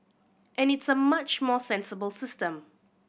and it's a much more sensible system